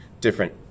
different